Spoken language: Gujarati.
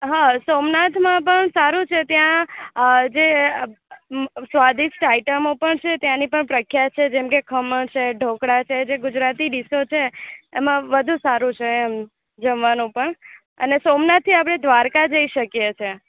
હા સોમનાથમાં પણ સારું છે ત્યાં જે સ્વાદિષ્ટ આઇટમો પણ છે ત્યાંની પણ પ્રખ્યાત છે જેમકે ખમણ છે ઢોકળા છે જે ગુજરાતી ડિશો છે એમાં વધુ સારું છે એમ જમવાનું પણ અને સોમનાથથી આપણે દ્વારકા જઈ શકીએ છીએ